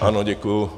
Ano, děkuji.